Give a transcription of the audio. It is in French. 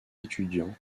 étudiants